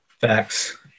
facts